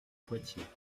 poitiers